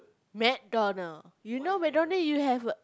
McDonald you know Mcdonald you have